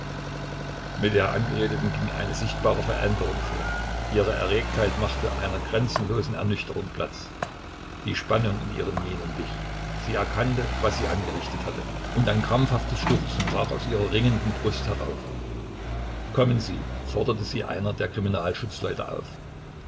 mit der angeredeten ging eine sichtbare veränderung vor ihre erregtheit machte einer grenzenlosen ernüchterung platz die spannung in ihren mienen wich sie erkannte was sie angerichtet halte und ein krampfhaftes schluchzen brach aus ihrer ringenden brust herauf kommen sie forderte sie einer der kriminalschutzleute auf